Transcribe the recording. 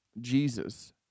Jesus